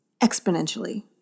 exponentially